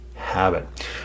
habit